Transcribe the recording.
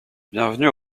bienvenue